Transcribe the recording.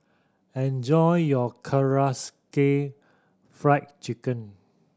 enjoy your Karaage Fried Chicken